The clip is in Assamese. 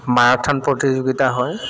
মাৰাথন প্ৰতিযোগিতা হয়